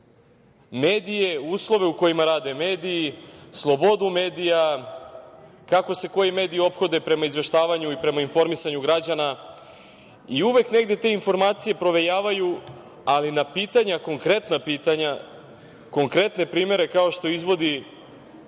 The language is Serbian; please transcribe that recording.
medije, uslove u kojima rade mediji, slobodu medija, kako se koji mediji ophode prema izveštavanju i prema informisanju građana i uvek negde te informacije provejavaju, ali na konkretna pitanja, konkretne primere, kao što izvodi